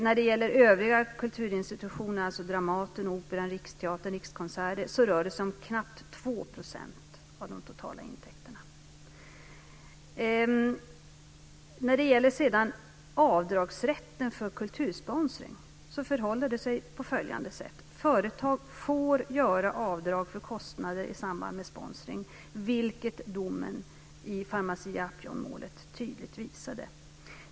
När det gäller övriga kulturinstitutioner, dvs. Dramaten, Operan, Riksteatern och Rikskonserter rör det sig om knappt 2 % Det förhåller sig på följande sätt vad gäller avdragsrätten för kultursponsring: Företag får göra avdrag för kostnader i samband med sponsring, vilket domen i Pharmacia & Upjohn-målet tydligt visade.